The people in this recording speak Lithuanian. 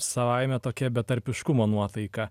savaime tokia betarpiškumo nuotaika